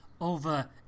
over